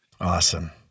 Awesome